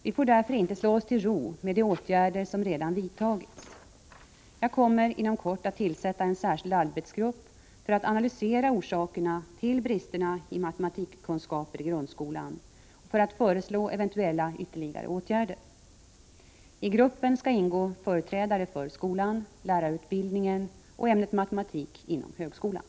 Vi får därför inte slå oss till ro med de åtgärder som redan vidtagits. Jag kommer inom kort att tillsätta en särskild arbetsgrupp för att analysera orsakerna till bristerna i matematikkunskaperna i grundskolan och för att föreslå eventuella ytterligare åtgärder. I gruppen skall ingå företrädare för skolan, lärarutbildningen och ämnet matematik inom högskolan.